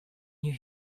you